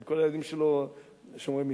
כל הילדים שלו שומרי מצוות,